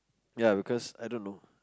ya because I don't know